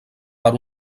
per